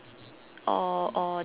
or or